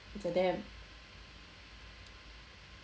it's a dam